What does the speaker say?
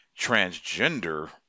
transgender